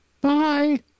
Bye